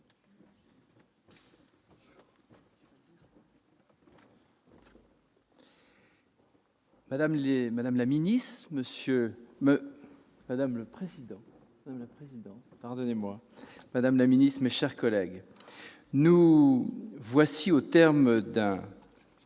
madame la ministre, mes chers collègues, nous voilà au terme du